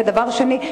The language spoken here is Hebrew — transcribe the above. ודבר שני,